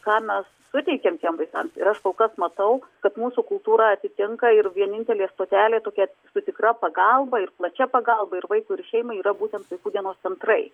ką mes suteikiam tiem vaikam ir aš kol kas matau kad mūsų kultūra atitinka ir vienintelė stotelė tokia su tikra pagalba ir plačia pagalba ir vaikui ir šeimai yra būtent vaikų dienos centrai